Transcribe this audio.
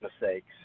mistakes